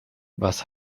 was